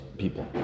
people